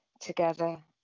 together